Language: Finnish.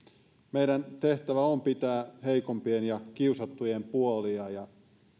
meidän tehtävä on pitää heikompien ja kiusattujen puolia ja